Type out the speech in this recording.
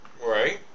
Right